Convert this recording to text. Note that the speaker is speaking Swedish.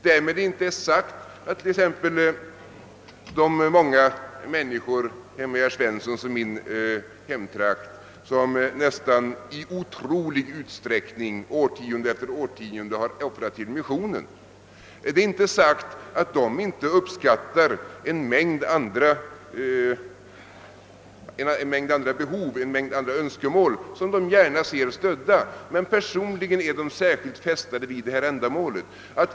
Det är inte därmed sagt att t.ex. de många människor i herr Svenssons och min hemtrakt, som i nästan otrolig utsträckning årtionde efter årtionde har offrat till missionen, inte uppskattar en mängd andra behov och önskemål och gärna ser dem stödda, men personligen är de särskilt fästade vid detta ändamål.